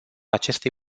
acestei